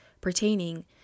pertaining